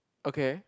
okay